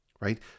right